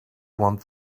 want